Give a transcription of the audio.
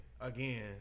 again